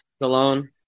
alone